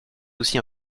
aussi